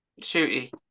Shooty